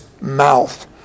mouth